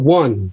one